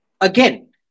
Again